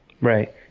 Right